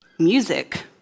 Music